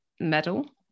medal